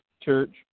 church